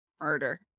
Murder